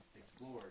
explored